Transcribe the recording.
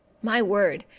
my word!